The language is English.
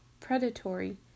Predatory